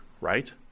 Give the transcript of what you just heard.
right